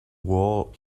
wall